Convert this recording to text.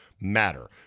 matter